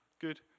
Good